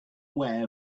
aware